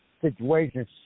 Situations